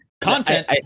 Content